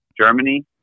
Germany